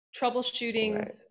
troubleshooting